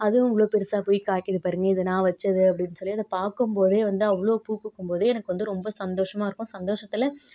அதுவும் இவ்வளோ பெருசாக போய் காய்க்கிது பாருங்கள் இது நான் வச்சது அப்படின் சொல்லி அதை பார்க்கும்போதே வந்து அவ்வளோ பூ பூக்கும்போதே எனக்கு வந்து ரொம்ப சந்தோஷமாக இருக்கும் சந்தோஷத்தில்